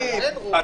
הודעה.